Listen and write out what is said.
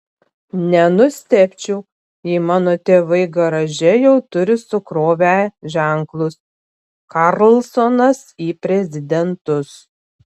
nenustebčiau jei mano tėvai garaže jau turi sukrovę ženklus karlsonas į prezidentus